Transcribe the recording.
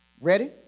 Ready